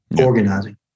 organizing